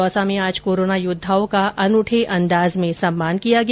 दौसा में आज कोरोना योद्धाओं का अनूठे अंदाज में सम्मान किया गया